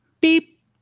beep